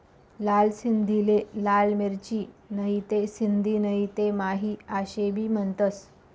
लाल सिंधीले लाल मिरची, नहीते सिंधी नहीते माही आशे भी म्हनतंस